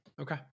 Okay